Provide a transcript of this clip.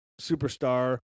superstar